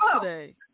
today